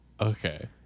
Okay